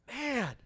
Man